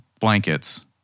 blankets